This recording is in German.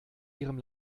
ihrem